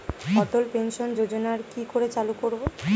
অটল pension যোজনার কি করে চালু করব?